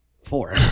Four